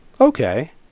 Okay